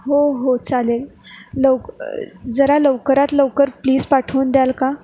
हो हो चालेल लवक जरा लवकरात लवकर प्लीज पाठवून द्याल का